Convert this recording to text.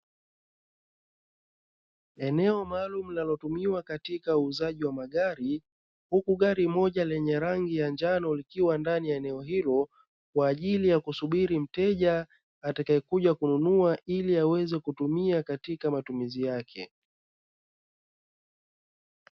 Eneo maalumu linalotumiwa katika uuzaji wa magari huku gari moja lenye rangi ya njano likiwa ndani ya eneo hilo, kwa ajili ya kusubiri mteja atakaye kuja kununua ili aweze kutumia katika matumizi yake.